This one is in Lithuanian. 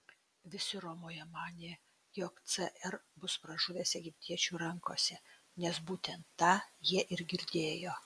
visi romoje manė jog cr bus pražuvęs egiptiečių rankose nes būtent tą jie ir girdėjo